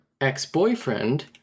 ex-boyfriend